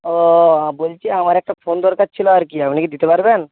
ও বলছি আমার একটা ফোন দরকার ছিলো আর কি আপনি কি দিতে পারবেন